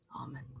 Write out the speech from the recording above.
amen